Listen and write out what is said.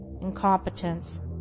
incompetence